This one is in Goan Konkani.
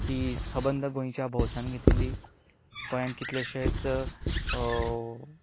ती सबंद गोंयच्या भौसान घेतिल्ली गोंयान कितलेशेच